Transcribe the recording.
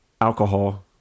alcohol